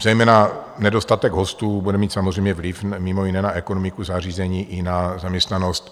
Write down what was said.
Zejména nedostatek hostů bude mít samozřejmě vliv mimo jiné na ekonomiku zařízení i na zaměstnanost.